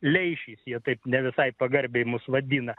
leišys jie taip ne visai pagarbiai mus vadina